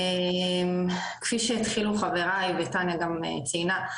כפי שהתחילו חבריי ותניה גם ציינה,